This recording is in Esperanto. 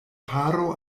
paro